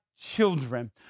children